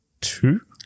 two